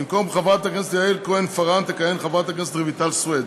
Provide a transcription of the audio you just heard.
במקום חברת הכנסת יעל כהן-פארן תכהן חברת הכנסת רויטל סויד,